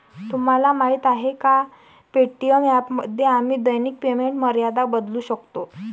तुम्हाला माहीत आहे का पे.टी.एम ॲपमध्ये आम्ही दैनिक पेमेंट मर्यादा बदलू शकतो?